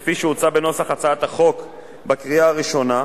כפי שהוצע בנוסח הצעת החוק בקריאה הראשונה,